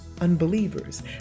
unbelievers